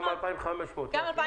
גם ב-2,500 יגיע.